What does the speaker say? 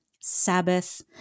Sabbath